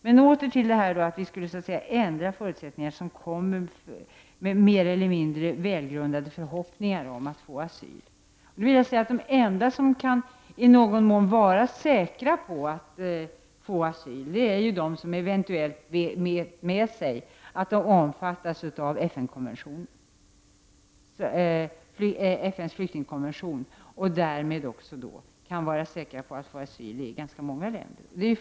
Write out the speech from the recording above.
Jag återkommer till frågan om att det skulle vara ändrade förutsättningar för dem som kommer hit med mer eller mindre välgrundade förhoppningar om att få asyl. De enda som i någon mån kan vara säkra på att få asyl är de som omfattas av FN:s flyktingkonvention och därför också kan vara säkra på att få asyl i ganska många länder.